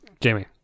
Jamie